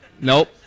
Nope